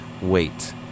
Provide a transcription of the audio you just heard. Wait